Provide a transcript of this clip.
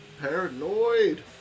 Paranoid